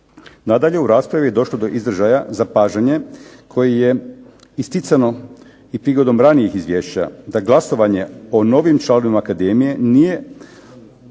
Nadalje u raspravi je došlo do izražaja zapažanje koje je isticano i prigodom ranijih izvješća, da glasovanje o novim članovima akademije nije,